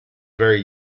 very